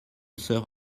sœurs